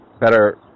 better